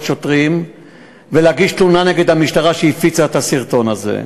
שוטרים ולהגיש תלונה נגד המשטרה שהפיצה את הסרטון הזה.